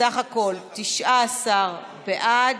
19 בעד,